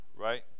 right